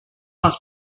must